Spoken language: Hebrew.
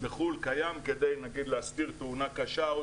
בחו"ל קיים כדי נגיד להסתיר תאונה קשה,